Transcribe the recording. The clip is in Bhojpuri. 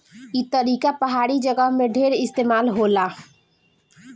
ई तरीका पहाड़ी जगह में ढेर इस्तेमाल होला